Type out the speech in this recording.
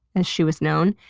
as she was known,